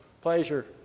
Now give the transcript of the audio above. pleasure